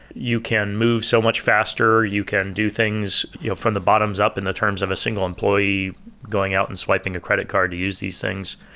you can move so much faster, you can do things from the bottoms up in the terms of a single employee going out and swiping a credit card to use these things.